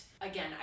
again